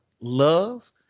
love